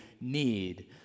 need